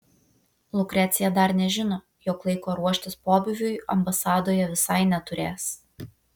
lukrecija dar nežino jog laiko ruoštis pobūviui ambasadoje visai neturės